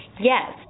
yes